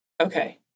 Okay